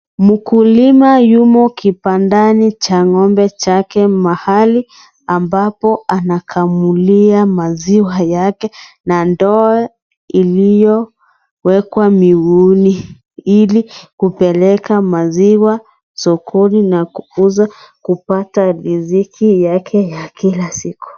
Mkulima yumo kipandani chake cha ng'ombe mahali ambapo anakamulia maziwa yake na ndoi iliyowekwa miguuni ili kupeleka mazwa sokoni na kuweza kupata riziki yake ya kila siku.